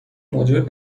موجب